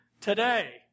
today